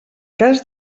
cas